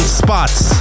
spots